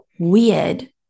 Weird